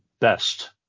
best